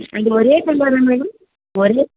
അത് ഒരേ ഒരേ